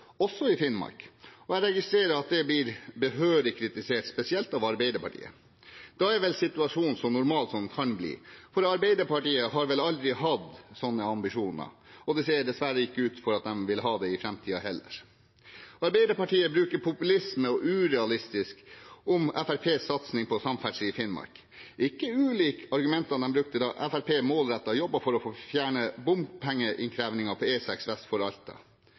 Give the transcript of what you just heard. også i Finnmark, og jeg registrerer at det blir behørig kritisert, spesielt av Arbeiderpartiet. Da er situasjonen så normal den kan bli, for Arbeiderpartiet har vel aldri hatt slike ambisjoner, og det ser dessverre ikke ut til at de vil ha det i framtiden heller. Arbeiderpartiet bruker ord som «populisme» og «urealistisk» om Fremskrittspartiets satsing på samferdsel i Finnmark, ikke ulikt argumentene de brukte da Fremskrittspartiet målrettet jobbet for å få fjernet bompengeinnkrevingen på E6 vest for Alta.